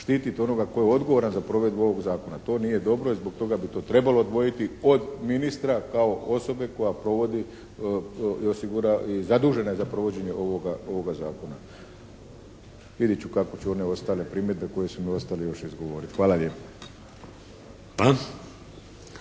štititi onoga tko je odgovoran za provedbu ovog Zakona. To nije dobro i zbog toga bi to trebalo odvojiti od ministra kao osobe koja provodi i zadužena je za provođenje ovog Zakona. Vidjet ću kako ću one ostale primjedbe koje su mi ostale još izgovoriti. Hvala lijepa.